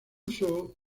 uso